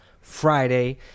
friday